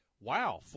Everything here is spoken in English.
wow